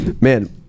Man